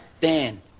Dan